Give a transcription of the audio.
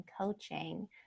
coaching